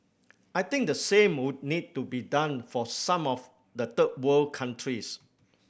I think the same would need to be done for some of the third world countries